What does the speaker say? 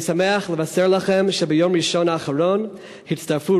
אני שמח לבשר לכם שביום ראשון האחרון הצטרפו